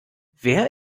wer